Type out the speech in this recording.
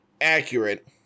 accurate